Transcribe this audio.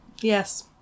Yes